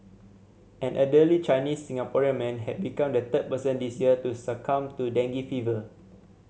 an elderly Chinese Singaporean man ha become the third person this year to succumb to dengue fever